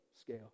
scale